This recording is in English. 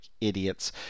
idiots